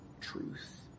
truth